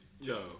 Yo